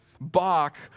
Bach